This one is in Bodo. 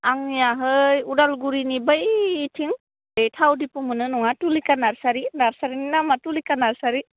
आंनियाहै उदालगुरिनि बैथिं बे थाव दिपु मोनो नङा तुलिका नार्सारि नार्सारिनि नामआ तुलिका नार्सारि